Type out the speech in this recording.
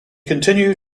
continued